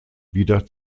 wieder